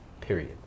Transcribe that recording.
period